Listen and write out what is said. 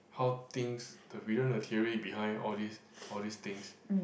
how things we learn the theory behind all these all these things